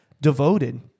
devoted